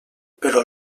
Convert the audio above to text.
però